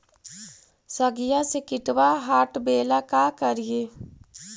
सगिया से किटवा हाटाबेला का कारिये?